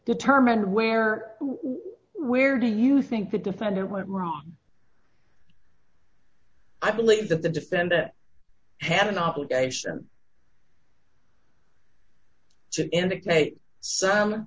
determine where where do you think the defendant went wrong i believe that the defendant had an obligation to indicate some